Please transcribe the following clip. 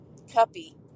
Cuppy